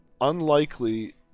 unlikely